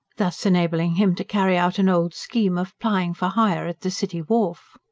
thus enabling him to carry out an old scheme of plying for hire at the city wharf.